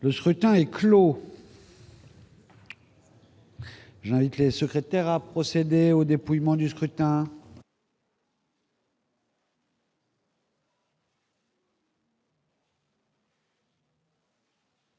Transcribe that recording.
Le scrutin est clos. J'invite Mmes et MM. les secrétaires à procéder au dépouillement du scrutin.